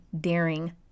daring